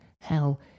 hell